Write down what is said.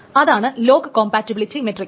അതാണ് lock compatibility matrix